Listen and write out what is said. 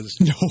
No